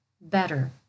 better